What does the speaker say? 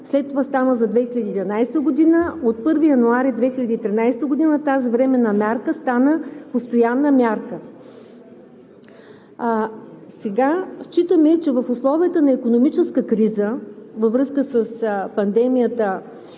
след това стана за 2011 г., от 1 януари 2013 г. тази временна мярка стана постоянна мярка. Сега считаме, че в условията на икономическа криза, във връзка с пандемията,